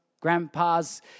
grandpas